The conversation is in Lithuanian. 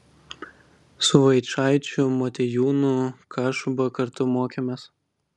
su vaičaičiu motiejūnu kašuba kartu mokėmės